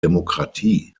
demokratie